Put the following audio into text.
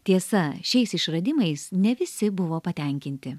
tiesa šiais išradimais ne visi buvo patenkinti